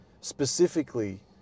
specifically